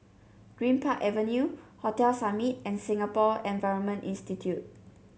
Greenpark Avenue Hotel Summit and Singapore Environment Institute